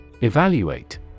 EVALUATE